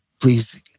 please